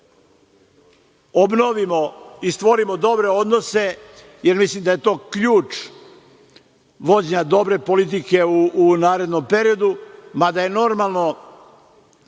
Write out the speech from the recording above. obnovimo i stvorimo dobre odnose, jer mislim da je to ključ vođenja dobre politike u narednom periodu, mada su normalno